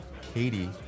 Katie